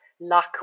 luck